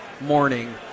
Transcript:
morning